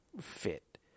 fit